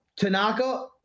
Tanaka